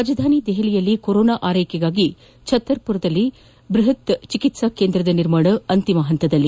ರಾಜಧಾನಿ ದೆಹಲಿಯಲ್ಲಿ ಕೊರೋನಾ ಆರೈಕೆಗಾಗಿ ಛತ್ತರ್ಪುರದಲ್ಲಿ ಬ್ಬಹತ್ ಆರೈಕೆ ಕೇಂದ್ರದ ನಿರ್ಮಾಣ ಅಂತಿಮ ಹಂತದಲ್ಲಿ